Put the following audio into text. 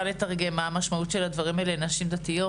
לתרגם מה המשמעות של הדברים האלה לנשים דתיות.